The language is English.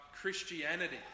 Christianity